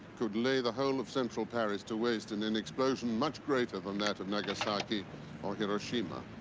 could lay the whole of central paris to waste in an explosion much greater than that of nagasaki or hiroshima.